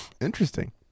interesting